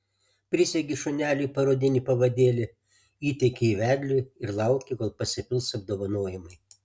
prisegi šuneliui parodinį pavadėlį įteiki jį vedliui ir lauki kol pasipils apdovanojimai